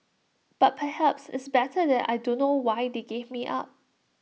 but perhaps it's better that I don't know why they gave me up